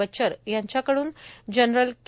बचर यांच्याकडून जनरल के